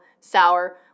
Sour